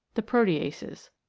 the proteases.